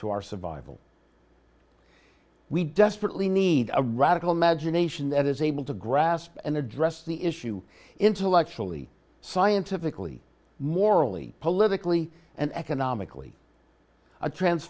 to our survival we desperately need a radical magination that is able to grasp and address the issue intellectually scientifically morally politically and economically a tran